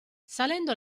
salendo